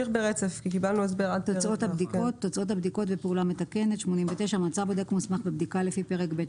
89.תוצאות הבדיקה ופעולה מתקנת מצא בודק מוסמך בבדיקה לפי פרק ב',